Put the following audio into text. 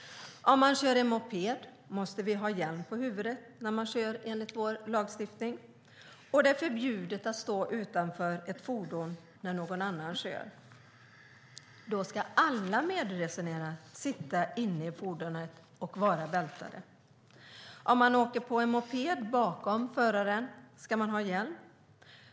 Om man kör moped måste man enligt vår lagstiftning ha hjälm på huvudet när man kör. Det är också förbjudet att stå utanför ett fordon när någon annan kör; då ska alla medresenärer sitta inne i fordonet och vara bältade. Och om man åker bakom föraren på en moped ska man ha hjälm.